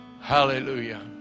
Hallelujah